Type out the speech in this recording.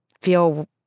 feel